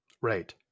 Right